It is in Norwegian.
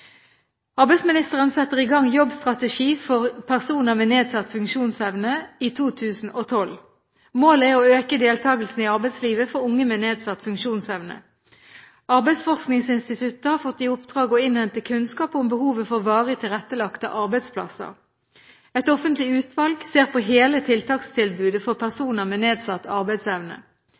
Arbeidsministeren setter i gang Jobbstrategi for personer med nedsatt funksjonsevne i 2012. Målet er å øke deltakelsen i arbeidslivet for unge med nedsatt funksjonsevne. Arbeidsforskningsinstituttet har fått i oppdrag å innhente kunnskap om behovet for varig tilrettelagte arbeidsplasser. Et offentlig utvalg ser på hele tiltakstilbudet for personer med nedsatt arbeidsevne.